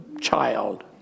child